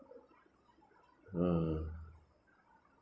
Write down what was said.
ah